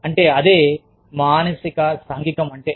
అంటే అదే మానసిక సాంఘికం అంటే